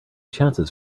chances